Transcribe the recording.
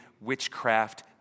witchcraft